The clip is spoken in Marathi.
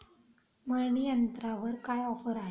मळणी यंत्रावर काय ऑफर आहे?